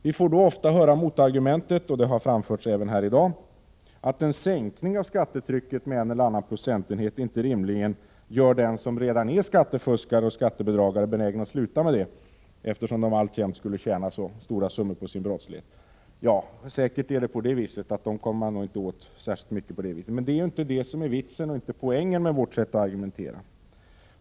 Vi får ofta höra motargumentet — och det har framförts även här i dag — att en sänkning av skattetrycket med en eller annan procentenhet inte rimligen gör den som redan är skattefuskare och skattebedragare benägen att sluta med det, eftersom han eller hon alltjämt skulle tjäna så stora summor på sin brottslighet. Det är säkerligen riktigt att man inte kommer åt dessa människor på det sättet, men det är ju heller inte detta som är poängen i vårt sätt att argumentera.